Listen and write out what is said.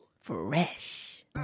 fresh